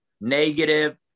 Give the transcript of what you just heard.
negative